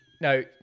No